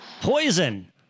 poison